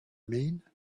mean